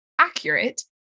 accurate